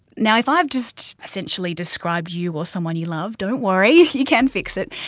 now if i've just essentially described you or someone you love, don't worry you can fix it.